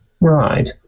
Right